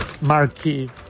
marquee